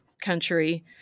country